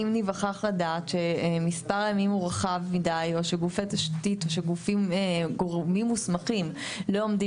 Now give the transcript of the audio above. אם ניווכח לדעת שמספר הימים הוא רחב מידי או שגורמים מוסמכים לא עומדים